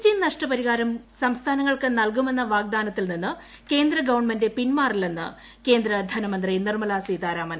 T നഷ്ടപരിഹാരം സംസ്ഥാനങ്ങൾക്ക് നൽകുമെന്ന വാഗ്ദാനത്തിൽ നിന്ന് കേന്ദ്ര ഗവൺമെന്റ് പിന്മാറില്ലെന്ന് കേന്ദ്ര ധനമന്ത്രി നിർമ്മല സീതാരാമൻ